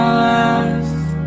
last